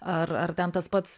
ar ar ten tas pats